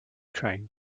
train